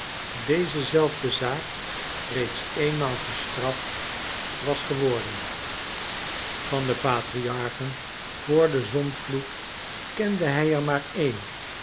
deze zelfde zaak reeds eenmaal gestraft was geworden van de patriarchen vr den zondvloed kende hij er maar één